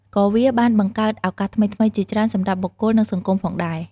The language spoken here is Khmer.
ក៏វាបានបង្កើតឱកាសថ្មីៗជាច្រើនសម្រាប់បុគ្គល និងសង្គមផងដែរ។